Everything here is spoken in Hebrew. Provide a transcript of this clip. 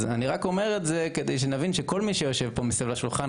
אז אני רק אומר את זה כדי שנבין שכל מי שיושב פה מסביב לשולחן,